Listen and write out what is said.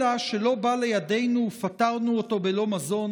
אלא שלא בא לידינו ופטרנו אותו בלא מזון